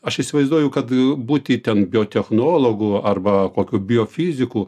aš įsivaizduoju kad būti ten biotechnologu arba kokiu biofiziku